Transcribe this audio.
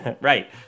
Right